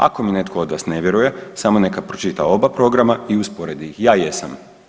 Ako mi netko od vas ne vjeruje, samo neka pročita oba programa i usporedi ih, ja jesam.